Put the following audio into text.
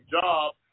job